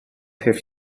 have